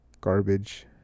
Garbage